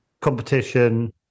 competition